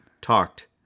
talked